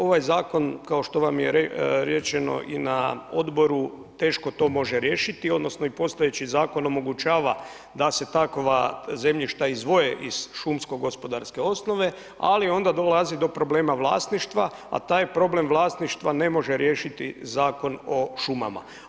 Ovaj Zakon, kao što vam je rečeno i na Odboru, teško to može riješiti, odnosno i postojeći Zakon omogućava da se takova zemljišta izdvoje iz šumsko-gospodarske osnove, ali onda dolazi do problema vlasništva, a taj problem vlasništva ne može riješiti Zakon o šumama.